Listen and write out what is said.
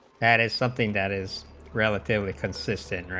that is something that is relatively consistent